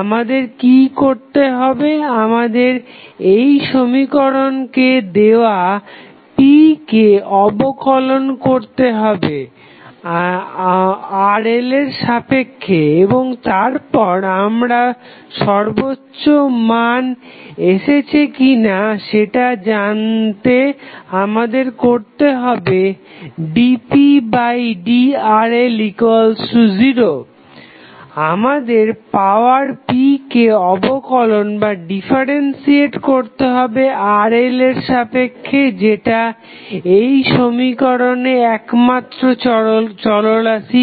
আমাদের কি করতে হবে আমাদের এই সমীকরণে দেওয়া p কে অবকলন করতে হবে RL এর সাপেক্ষে এবং তারপর আমরা সর্বোচ্চ মানে এসেছি কিনা সেটা জানতে আমাদের করতে হবে dpdRL0 আমাদের পাওয়ার p কে অবকলন করতে হবে RL এর সাপেক্ষে যেটা এই সমীকরণের একমাত্র চলরাশি